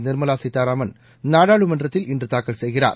நிர்மலா சீதாராமன் நாடாளுமன்றத்தில் இன்று தாக்கல் செய்கிறார்